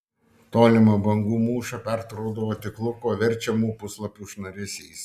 tolimą bangų mūšą pertraukdavo tik luko verčiamų puslapių šnaresys